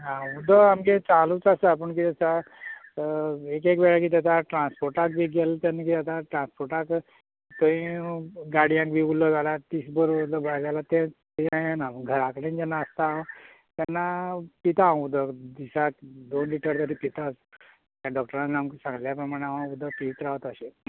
हा उदक आमगेर चालूच आसा पूण कितें जाता एक एक वेळार कितें जाता ट्रान्सपोर्टाक बी गेले तेन्ना कितें जाता ट्रान्सपोर्टाक थंय गाडयांक बीन उरलो जाल्यार दीसभर भायर रावल्यार तें जायना घरा कडेन जेन्ना आसता हांव तेन्ना पिता हांव उदक दिसाक दोन लिटर तरी पिताच डॉक्टरान आमकां सागल्या प्रमाणे हांव उदक पित रावता अशें